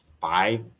five